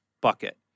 bucket